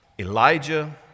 Elijah